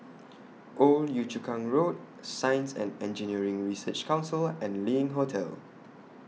Old Yio Chu Kang Road Science and Engineering Research Council and LINK Hotel